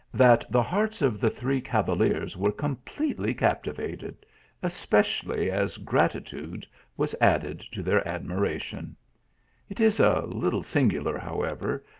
that the hearts of the three cavaliers were completely capti vated especially as gratitude was added to their admiration it is a little singular, however,